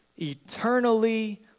eternally